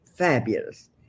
Fabulous